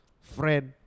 friend